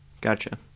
Gotcha